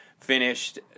Finished